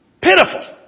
Pitiful